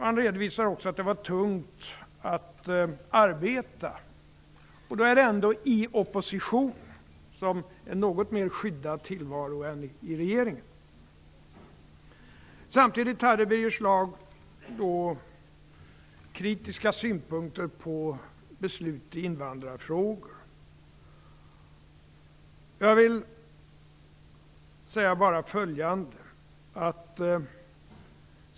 Han redovisade också att det var tungt att arbeta - och det är ändå i opposition. Det är en något mer skyddad tillvaro än att sitta i regeringen. Samtidigt hade Birger Schlaug kritiska synpunkter på beslut i invandrarfrågor. Jag vill bara säga följande.